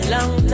Long